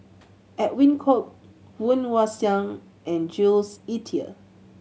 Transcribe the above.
Edwin Koek Woon Wah Siang and Jules Itier